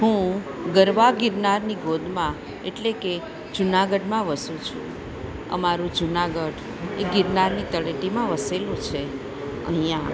હું ગરવા ગિરનારની ગોદમાં એટલે કે જુનાગઢમાં વસું છું અમારું જુનાગઢ એ ગિરનારની તળેટીમાં વસેલું છે અહીંયા